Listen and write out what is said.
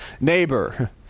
neighbor